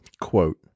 quote